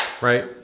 right